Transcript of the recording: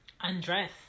undress